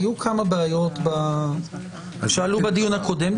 היו כמה בעיות שעלו בדיון הקודם.